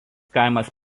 kaimas